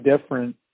different